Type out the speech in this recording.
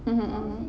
mmhmm mmhmm